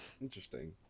interesting